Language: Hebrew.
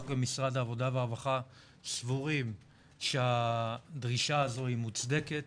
אנחנו במשרד העבודה והרווחה סבורים שהדרישה הזאת מוצדקת,